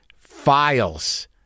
files